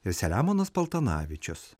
ir selemonas paltanavičius